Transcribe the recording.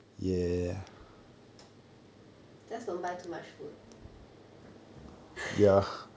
just don't buy too much food